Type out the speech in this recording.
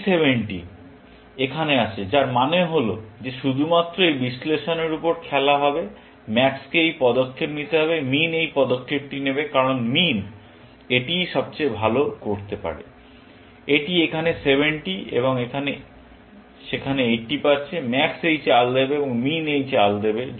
এই 70 এখানে আসছে যার মানে হল যে শুধুমাত্র এই বিশ্লেষণের উপর খেলা হবে ম্যাক্সকে এই পদক্ষেপ নিতে হবে min এই পদক্ষেপটি নেবে কারণ মিন এটিই সবচেয়ে ভাল করতে পারে এটি এখানে 70 এবং সেখানে 80 পাচ্ছে ম্যাক্স এই চাল দেবে এবং মিন এই চাল দেবে